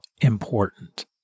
important